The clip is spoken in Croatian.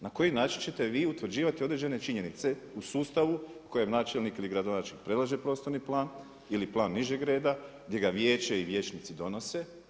Na koji način ćete vi utvrđivati određene činjenice u sustavu u kojem načelnik ili gradonačelnik predlaže prostorni plan ili plan nižeg reda, gdje ga vijeće i vijećnici donose.